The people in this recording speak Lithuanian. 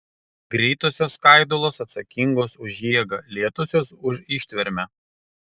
greitosios skaidulos atsakingos už jėgą lėtosios už ištvermę